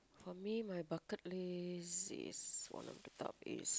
for me my bucket list is one of the top is